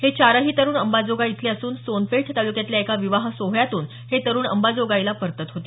हे चारही तरुण अंबाजोगाइं इथले असून सोनपेठ तालुक्यातल्या एका विवाह सोहळ्यातून हे तरूण अबाजोगाईला परतत होते